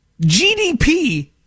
GDP